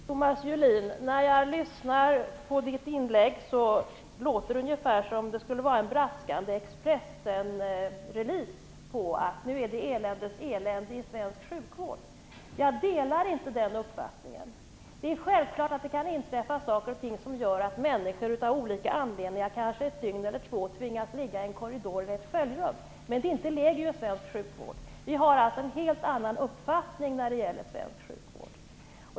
Herr talman! När jag lyssnar på Thomas Julins inlägg låter det ungefär som en braskande "Expressen-release" om att det nu är eländes elände i svensk sjukvård. Jag delar inte den uppfattningen. Det är självklart att det kan inträffa saker och ting som gör att människor av olika anledningar ett dygn eller två tvingas ligga i en korridor eller ett sköljrum, men det är inte legio i svensk sjukvård. Vi har en helt annan uppfattning när det gäller svensk sjukvård.